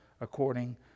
according